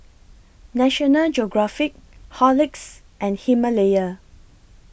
National Geographic Horlicks and Himalaya